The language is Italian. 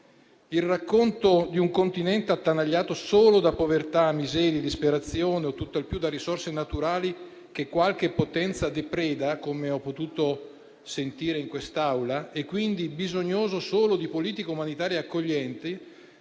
Il racconto di un continente attanagliato solo da povertà, miseria e disperazione, o tutt'al più da risorse naturali che qualche potenza depreda - come ho potuto sentire in quest'Aula - e quindi bisognoso solo di politiche umanitarie accoglienti,